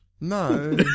No